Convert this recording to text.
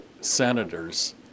Senators